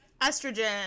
Estrogen